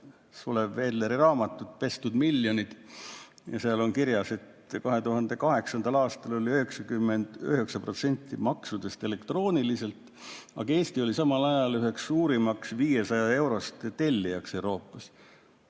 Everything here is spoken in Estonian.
Sulev Vedleri raamatut "Pestud miljonid" ja seal on kirjas, et 2008. aastal maksti 99% maksudest elektrooniliselt, aga Eesti oli samal ajal üheks suurimaks 500-euroste tellijaks. Sulgudes: